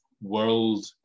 world